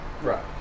Right